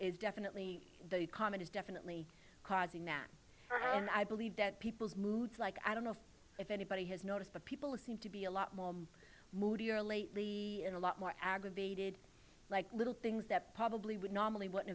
is definitely the comet is definitely causing that and i believe that people's moods like i don't know if anybody has noticed but people seem to be a lot more moody or lately and a lot more aggravated like little things that probably would normally w